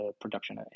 production